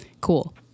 cool